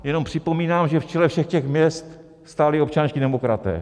Jenom připomínám, že v čele všech těch měst stáli občanští demokraté.